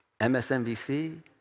MSNBC